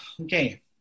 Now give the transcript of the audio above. Okay